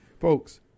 folks